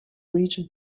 region